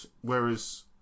whereas